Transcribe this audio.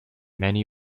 many